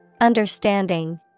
Understanding